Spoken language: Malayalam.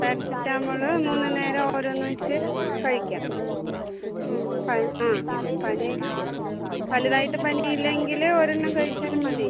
പാരസിറ്റമോള് മൂന്ന് നേരം ഓരോന്ന് വെച്ച് കഴിക്കാം ആ പനി വലുത് ആയിട്ട് പനി ഇല്ലെങ്കിൽ ഒരു എണ്ണം കഴിച്ചാലും മതി